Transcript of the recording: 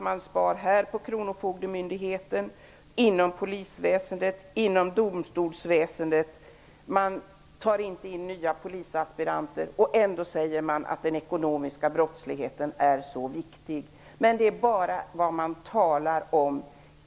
Man sparar på kronofogdemyndigheten, polisväsendet och domstolsväsendet. Man tar inte in nya polisaspiranter. Ändå säger man att det är så viktigt att bekämpa den ekonomiska brottsligheten. Det är bara vad man talar om.